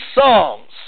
songs